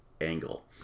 angle